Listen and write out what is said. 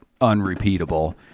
unrepeatable